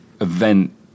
event